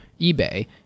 ebay